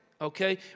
okay